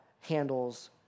handles